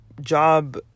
job